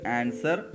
answer